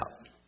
out